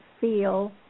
feel